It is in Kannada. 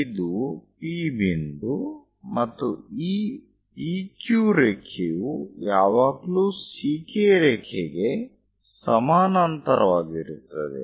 ಇದು P ಬಿಂದು ಮತ್ತು ಈ PQ ರೇಖೆಯು ಯಾವಾಗಲೂ CK ರೇಖೆಗೆ ಸಮಾನಾಂತರವಾಗಿರುತ್ತದೆ